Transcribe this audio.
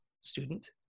student